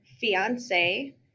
fiance